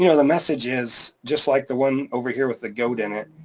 you know the message is just like the one over here with the goat in it.